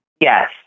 Yes